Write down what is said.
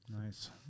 Nice